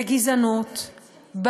בגזענות,